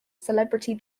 celebrity